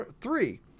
three